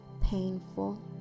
painful